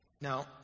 Now